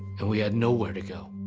and we had nowhere to go.